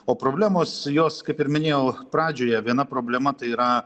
o problemos jos kaip ir minėjau pradžioje viena problema tai yra